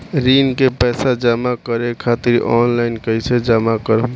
ऋण के पैसा जमा करें खातिर ऑनलाइन कइसे जमा करम?